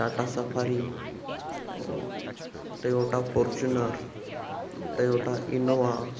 Tata safari Toyota Fortuner Toyota Innova